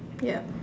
yup